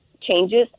changes